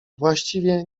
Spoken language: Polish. właściwie